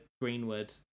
Greenwood